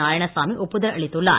நாராயணசாமி ஒப்புதல் அளித்துள்ளார்